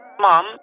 Mom